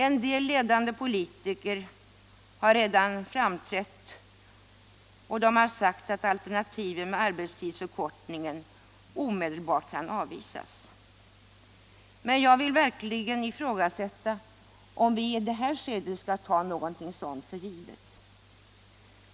En del ledande politiker har redan framträtt och sagt att alternativen med arbetstidsförkortning omedelbart kan avvisas. Men jag vill verkligen ifrågasätta om vi vid det här skedet skall ta någonting sådant för givet.